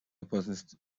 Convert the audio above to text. опасность